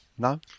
No